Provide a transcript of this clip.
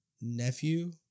nephew